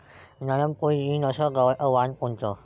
नरम पोळी येईन अस गवाचं वान कोनचं?